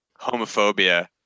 homophobia